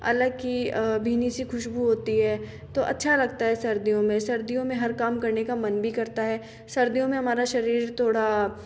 अलग की भीनी सी खुशबू होती है तो अच्छा लगता है सर्दियों में सर्दियों में हर काम करने का मन भी करता है सर्दियों में हमारा शरीर थोड़ा